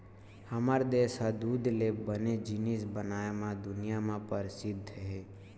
हमर देस ह दूद ले बने जिनिस बनाए म दुनिया म परसिद्ध हे